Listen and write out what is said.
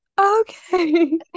okay